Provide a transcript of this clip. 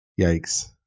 Yikes